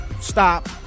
Stop